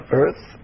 earth